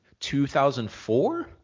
2004